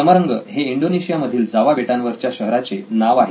समरंग हे इंडोनेशिया मधील जावा बेटांवर च्या शहराचे नाव आहे